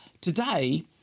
today